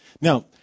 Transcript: Now